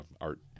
art